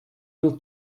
will